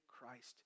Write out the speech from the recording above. Christ